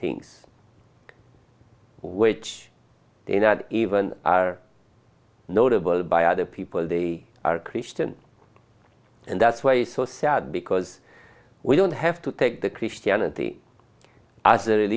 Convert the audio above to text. things which they not even are notable by other people they are christian and that's why it's so sad because we don't have to take the christianity